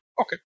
Okay